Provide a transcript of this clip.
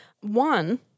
One